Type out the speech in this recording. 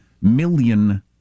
million